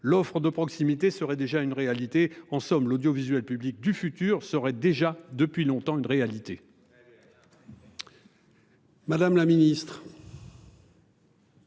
l'offre de proximité serait déjà une réalité. En somme, l'audiovisuel public du futur ça déjà depuis longtemps une réalité. Madame la Ministre.